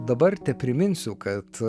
dabar tepriminsiu kad